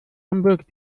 hamburg